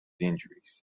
injuries